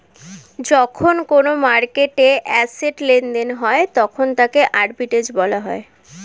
যখন কোনো মার্কেটে অ্যাসেট্ লেনদেন হয় তখন তাকে আর্বিট্রেজ বলা হয়